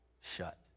shut